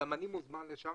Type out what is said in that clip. גם אני מוזמן לשם